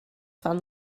fan